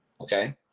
Okay